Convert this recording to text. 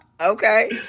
Okay